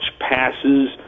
passes